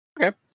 Okay